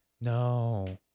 No